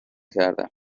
کردم